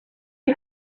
you